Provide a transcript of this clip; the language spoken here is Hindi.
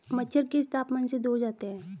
मच्छर किस तापमान से दूर जाते हैं?